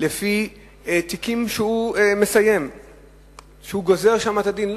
לפי מספר התיקים שהוא מסיים וגוזר בהם את הדין,